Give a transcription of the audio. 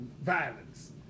violence